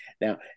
Now